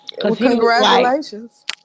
Congratulations